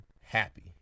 happy